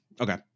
Okay